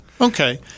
Okay